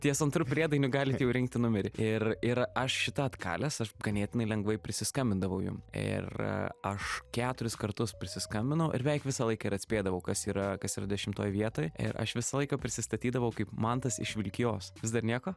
ties antru priedainiu galit jau rinkti numerį ir ir aš šitą atkalęs aš ganėtinai lengvai prisiskambindavau jum ir aš keturis kartus prisiskambinau ir beveik visą laiką ir atspėdavau kas yra kas yra dešimtoj vietoj ir aš visą laiką prisistatydavau kaip mantas iš vilkijos vis dar nieko